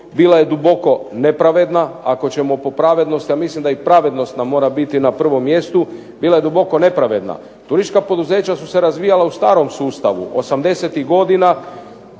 bila je duboko nepravedna ako ćemo po pravednosti, a mislim da i pravednost nam mora biti na prvom mjestu, bila je duboko nepravedna. Turistička poduzeća su se razvijala u starom sustavu '80.-tih godina